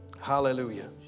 Hallelujah